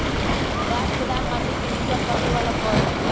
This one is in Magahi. काठ बेदाम माटि के निचा फ़रे बला फ़र हइ